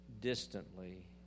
distantly